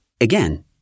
Again